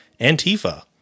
Antifa